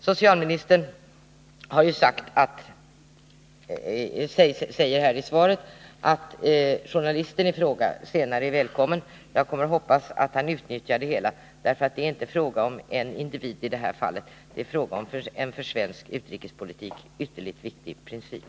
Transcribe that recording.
I utrikesministerns svar sägs att socialministern informerats om att journalisten i fråga senare är välkommen till Vietnam. Jag hoppas att han utnyttjar denna möjlighet. I detta fall är det nämligen inte fråga om en enstaka individs rättigheter, utan om en för svensk utrikespolitik ytterligt viktig princip.